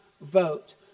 vote